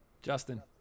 Justin